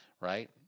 right